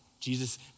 Jesus